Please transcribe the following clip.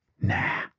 Nah